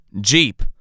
Jeep